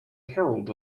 herald